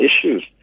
issues